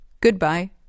Goodbye